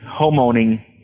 homeowning